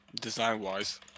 Design-wise